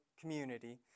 community